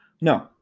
No